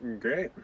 Great